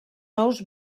ous